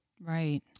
right